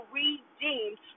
redeemed